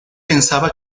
pensaba